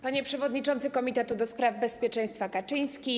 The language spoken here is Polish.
Panie Przewodniczący Komitetu do Spraw Bezpieczeństwa Kaczyński!